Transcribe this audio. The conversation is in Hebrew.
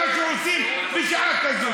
דמוקרטי, מה שעושים בשעה כזאת?